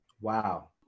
Wow